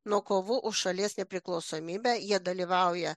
nuo kovų už šalies nepriklausomybę jie dalyvauja